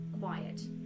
quiet